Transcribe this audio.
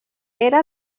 era